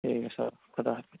ٹھیک ہے سر خدا حافظ